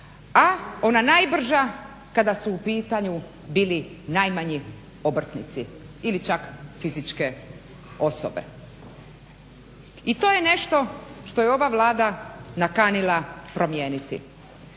A ona najbrža kada su u pitanju bili najmanji obrtnici ili čak fizičke osobe. I to je nešto što je ova Vlada nakanila promijeniti.